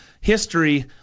history